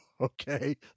okay